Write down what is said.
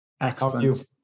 Excellent